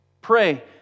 Pray